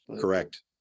Correct